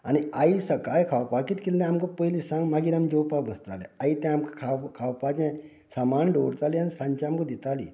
आनी आई सकाळी खावपाक कितें केलें ते आमकां पयली सांग मागीर आमी जेवपाक बसतालें आई तें खाव खावपाचे आमकां सांबाळून दवरताली आनी सांजे आमकां दिताली